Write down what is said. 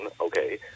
okay